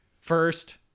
first